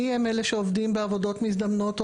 מי הם אלה שעובדים בעבודות מזדמנות או